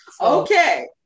Okay